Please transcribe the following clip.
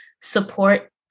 support